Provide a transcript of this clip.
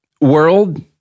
world